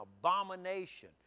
abomination